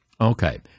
Okay